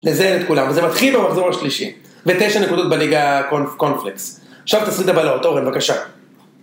לזה אין את כולם וזה מתחיל במחזור השלישי. ותשע נקודות בליגה קונפלקס. עכשיו תסריט הבלאות. אורן, בבקשה.